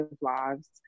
lives